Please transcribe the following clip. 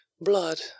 blood